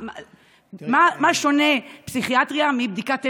במה שונה פסיכיאטריה מבדיקת עיניים?